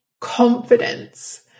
confidence